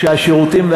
כשהשירותים,